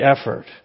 effort